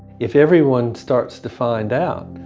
if everyone starts to find out,